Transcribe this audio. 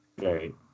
Right